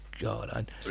God